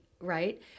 Right